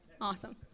Awesome